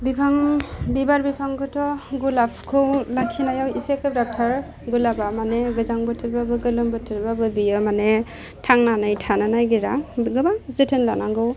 बिफां बिबार बिफांखौथ' गुलाबखौ लाखिनायाव इसे गोब्राबथार गुलाबा माने गोजां बोथोरबाबो गोलोम बोथोरबाबो बियो माने थांनानै थानो नागिरा गोबां जोथोन लानांगौ